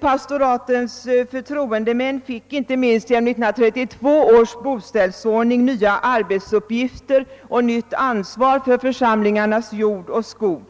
Pastoratens förtroendemän fick inte minst enligt 1932 års boställsordning nya arbetsuppgifter och nytt ansvar för församlingarnas jord och skog.